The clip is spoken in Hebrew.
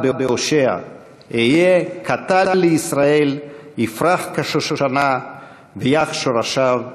בהושע: "אהיה כטל לישראל יפרח כשושנה ויך שרשיו כלבנון".